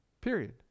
Period